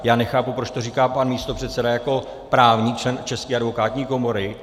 Já nechápu, proč to říká pan místopředseda jako právník, člen České advokátní komory.